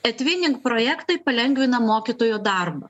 etvinink projektai palengvina mokytojo darbą